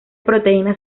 proteínas